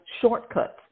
shortcuts